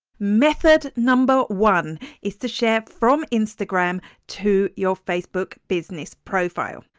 method number one is to share from instagram to your facebook business profile,